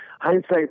Hindsight